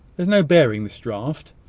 is no bearing this draught.